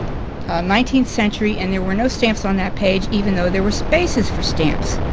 nineteenth century and there were no stamps on that page even though there were spaces for stamps.